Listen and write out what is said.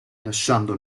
lasciando